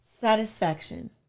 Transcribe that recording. Satisfaction